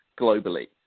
globally